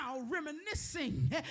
reminiscing